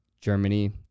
Germany